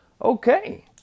Okay